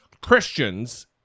Christians